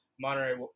Monterey